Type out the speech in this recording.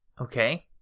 Okay